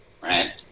Right